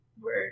were-